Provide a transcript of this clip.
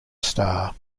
star